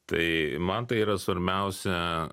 tai man tai yra svarbiausia